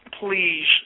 please